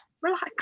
relax